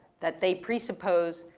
that they presuppose,